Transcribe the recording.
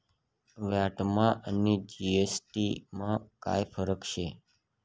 व्हॅटमा आणि जी.एस.टी मा काय फरक शे?